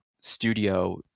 studio